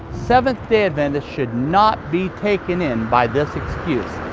seventh-day adventists should not be taken in by this excuse.